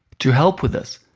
to help with this,